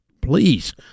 Please